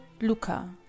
Luca